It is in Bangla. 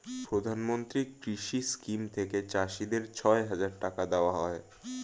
প্রধানমন্ত্রী কৃষি স্কিম থেকে চাষীদের ছয় হাজার টাকা দেওয়া হয়